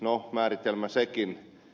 no määritelmä sekin